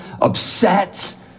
upset